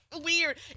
weird